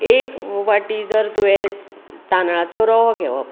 एक वाटी जर तुवें तांदळाचो रवो घेवप